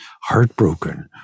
heartbroken